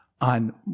on